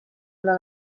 una